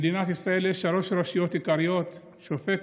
במדינת ישראל יש שלוש רשויות עיקריות: שופטת,